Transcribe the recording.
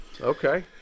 okay